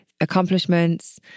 accomplishments